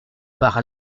par